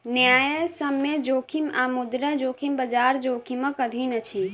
न्यायसम्य जोखिम आ मुद्रा जोखिम, बजार जोखिमक अधीन अछि